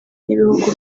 n’ibihugu